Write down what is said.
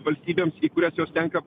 valstybėms į kurias jos tenka